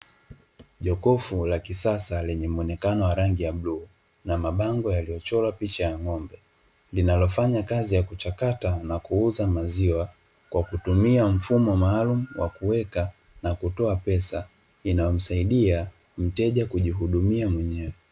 Jokofu la kisasa lenye muonekano wa rangi ya bluu na mabango yaliyochorwa picha ya ng’ombe. Linalofanya kazi ya kuchakata na kuuza maziwa kwa kutumia mfumo maalumu wa kuweka na kutoa pesa, inamsaidia mteja kujihudumia mwenyewe.